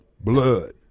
blood